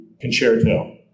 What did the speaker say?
concerto